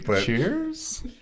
Cheers